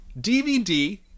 DVD